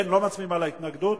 לא מצביעים על ההתנגדות,